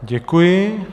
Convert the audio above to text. Děkuji.